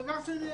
דבר שני,